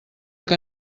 que